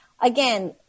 again